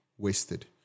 wasted